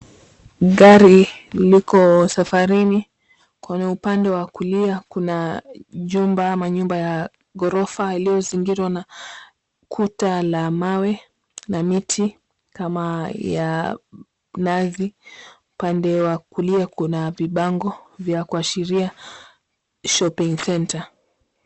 Gari liko safarini, kwenye upande wa kulia kuna jumba ama nyumba ya ghorofa iliozingirwa na kuta la mawe na miti kama ya mnazi. Upande wa kulia kuna vibango vya kuashiria Shopping centre .